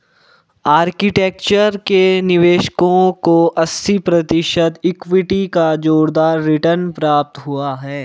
architecture के निवेशकों को अस्सी प्रतिशत इक्विटी का जोरदार रिटर्न प्राप्त हुआ है